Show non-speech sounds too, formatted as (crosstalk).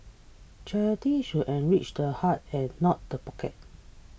charity should enrich the heart and not the pocket (noise)